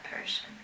person